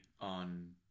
on